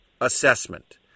assessment